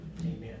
Amen